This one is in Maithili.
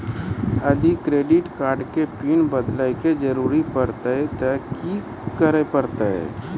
यदि क्रेडिट कार्ड के पिन बदले के जरूरी परतै ते की करे परतै?